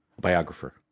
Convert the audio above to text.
biographer